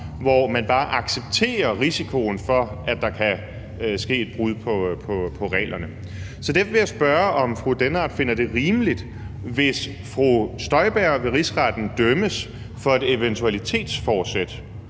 hvor man bare accepterer risikoen for, at der kan ske et brud på reglerne. Så derfor vil jeg spørge, om fru Karina Lorentzen Dehnhardt finder det rimeligt, hvis fru Inger Støjberg ved rigsretten dømmes for et eventualitetsforsæt,